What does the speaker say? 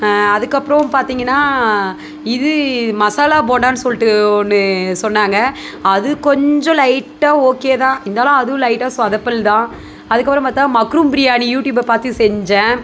அதுக்கப்றம் பார்த்தீங்கன்னா இது மசாலா போண்டான்னு சொல்லிட்டு ஒன்று சொன்னாங்கள் அது கொஞ்சம் லைட்டா ஓகே தான் இருந்தாலும் அதுவும் லைட்டா சொதப்பல் தான் அதுக்கப்புறம் பார்த்தா மக்ரூம் பிரியாணி யூட்யூபை பாத்து செஞ்சேன்